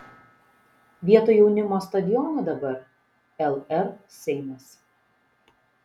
vietoj jaunimo stadiono dabar lr seimas